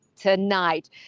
tonight